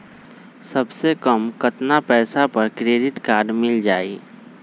सबसे कम कतना पैसा पर क्रेडिट काड मिल जाई?